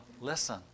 listen